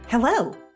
Hello